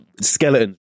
skeleton